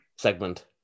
segment